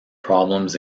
problems